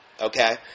Okay